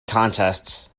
contests